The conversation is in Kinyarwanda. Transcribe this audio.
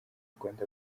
rwanda